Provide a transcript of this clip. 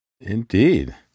Indeed